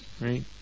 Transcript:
right